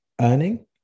earning